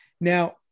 now